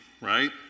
right